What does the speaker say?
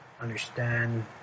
understand